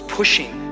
pushing